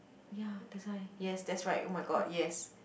ya that's why yes that's right oh my god yes